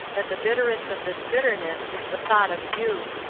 that the bitterest of this bitterness is the thought of you.